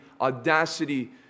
audacity